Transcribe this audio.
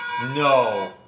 No